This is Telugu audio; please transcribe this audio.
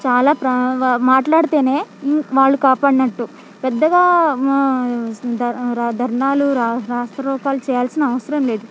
చాలా ప్రా వా మాట్లాడితేనే వాళ్లు కాపాడినట్టు పెద్దగా ధ రా ధర్నాలు రా రాస్తారోకోలు చేయాల్సిన అవసరం లేదు